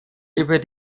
über